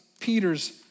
Peter's